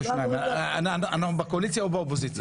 אנחנו בקואליציה או באופוזיציה?